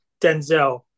Denzel